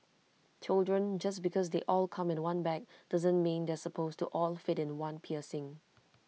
children just because they all come in one bag doesn't mean they are supposed to all fit in one piercing